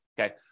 Okay